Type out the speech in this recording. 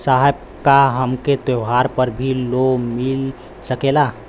साहब का हमके त्योहार पर भी लों मिल सकेला?